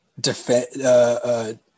defend